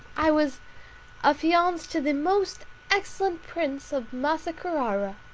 i was affianced to the most excellent prince of massa carara.